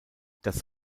das